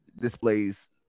displays